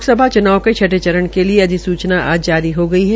लोकसभा चुनाव के छठे चरण के लिये अधिसूचना आज जारी हो गई है